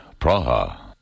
Praha